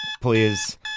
please